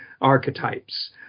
archetypes